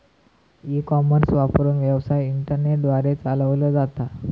e commerce वापरून, व्यवसाय internet द्वारे चालवलो जाता